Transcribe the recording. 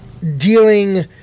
Dealing